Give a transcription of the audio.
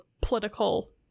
political